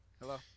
Hello